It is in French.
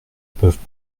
peuvent